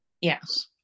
Yes